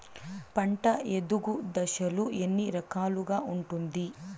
పంట ఎదుగు దశలు ఎన్ని రకాలుగా ఉంటుంది?